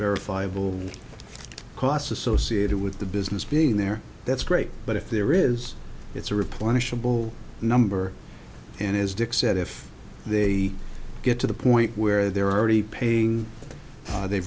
verifiable costs associated with the business being there that's great but if there is it's a replenishable number and as dick said if they get to the point where they're already paying they